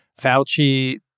Fauci